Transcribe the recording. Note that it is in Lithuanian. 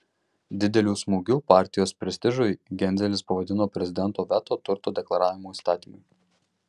dideliu smūgiu partijos prestižui genzelis pavadino prezidento veto turto deklaravimo įstatymui